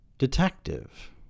Detective